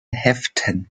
heften